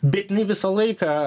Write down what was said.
bet ne visą laiką